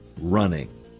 Running